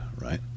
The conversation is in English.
right